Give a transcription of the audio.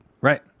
Right